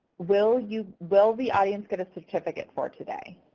will you will the audience get a certificate for today?